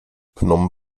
phnom